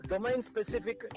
Domain-specific